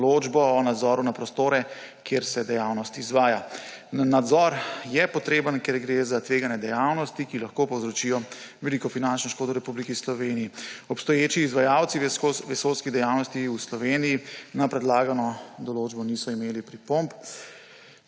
določbo o nadzoru nad prostori, kjer se dejavnost izvaja. Nadzor je potreben, ker gre za tvegane dejavnosti, ki lahko povzročijo veliko finančno škodo Republiki Sloveniji. Obstoječi izvajalci vesoljskih dejavnosti v Sloveniji na predlagano določbo niso imeli pripomb.